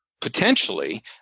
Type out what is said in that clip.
potentially